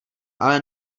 ale